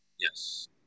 yes